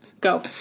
Go